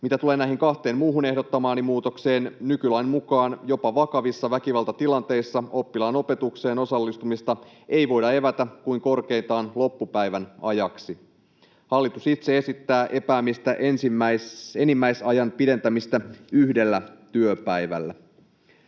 Mitä tulee näihin kahteen muuhun ehdottamaani muutokseen, nykylain mukaan jopa vakavissa väkivaltatilanteissa oppilaan opetukseen osallistumista ei voida evätä kuin korkeintaan loppupäivän ajaksi. Hallitus itse esittää enimmäisajan pidentämistä yhdellä työpäivällä.